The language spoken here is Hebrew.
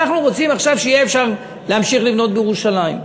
אנחנו רוצים עכשיו שיהיה אפשר להמשיך לבנות בירושלים.